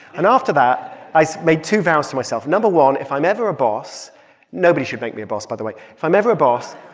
and after that, i made two vows to myself no. no. one, if i'm ever a boss nobody should make me a boss, by the way if i'm ever a boss,